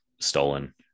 stolen